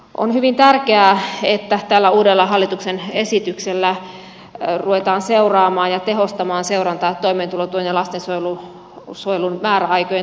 on hyvin tärkeää että tällä uudella hallituksen esityksellä ruvetaan seuraamaan ja tehostamaan seurantaa toimeentulotuen ja lastensuojelun määräaikojen toteutumisesta